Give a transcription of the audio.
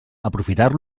aprofitar